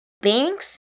Banks